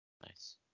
Nice